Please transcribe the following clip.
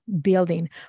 building